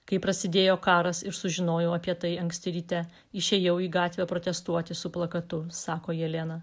kai prasidėjo karas ir sužinojau apie tai anksti ryte išėjau į gatvę protestuoti su plakatu sako jelena